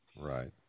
Right